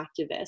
activists